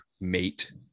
mate